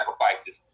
sacrifices